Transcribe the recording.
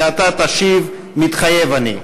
ואתה תשיב "מתחייב אני".